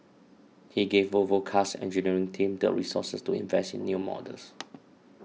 he gave Volvo Car's engineering team the resources to invest in new models